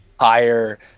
higher